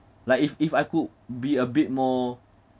like if if I could be a bit more